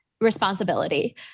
responsibility